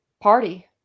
party